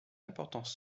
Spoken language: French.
importants